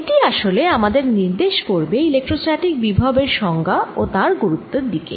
এটি আসলে আমাদের নির্দেশ করবে ইলেক্ট্রোস্ট্যাটিক বিভব এর সংজ্ঞা ও তার গুরুত্বের দিকে